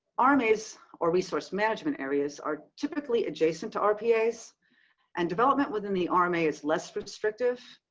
um rmas or resource management areas are typically adjacent to rpas and development within the um rma is less restrictive.